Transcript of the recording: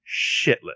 shitless